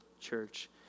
church